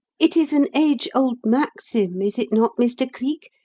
it is an age-old maxim, is it not, mr. cleek,